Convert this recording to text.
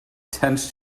tends